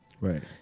Right